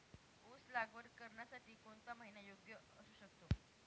ऊस लागवड करण्यासाठी कोणता महिना योग्य असू शकतो?